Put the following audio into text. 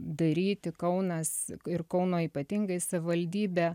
daryti kaunas ir kauno ypatingai savivaldybė